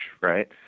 right